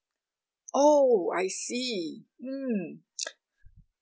oh I see mm